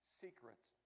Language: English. secrets